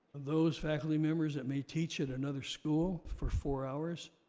those faculty members that may teach at another school for four hours,